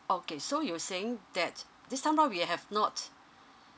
okay so you were saying that this time around you have not